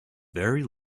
very